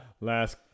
Last